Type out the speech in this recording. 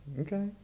Okay